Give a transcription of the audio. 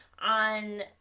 on